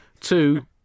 two